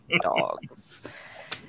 dogs